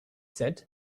said